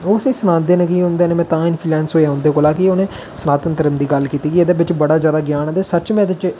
ओह् असेंगी सनांदे न कि उंदे नै में तां इन्फ्लुएंस होएया उंदे कोला कि उ'नें सनातन धर्म दी गल्ल कीती की एहदे बिच बडा जैदा ज्ञान ऐ ते सच्च में एहदे च